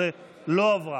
15 לא עברה.